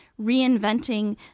reinventing